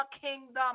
kingdom